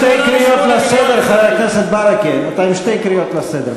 חבר הכנסת ברכה, אתה כבר עם שתי קריאות לסדר.